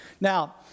Now